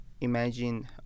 Imagine